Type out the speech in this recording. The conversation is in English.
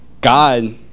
god